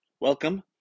Welcome